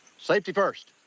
safety first.